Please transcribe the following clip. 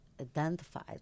identified